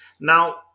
Now